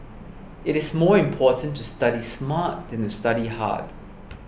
it is more important to study smart than to study hard